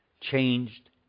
changed